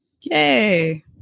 Yay